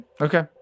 Okay